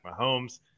Mahomes